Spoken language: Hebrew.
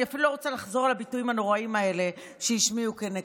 אני אפילו לא רוצה לחזור על הביטויים הנוראיים האלה שהשמיעו כנגדם.